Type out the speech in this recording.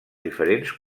diferents